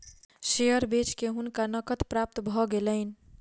share बेच के हुनका नकद प्राप्त भ गेलैन